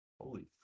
Holy